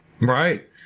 Right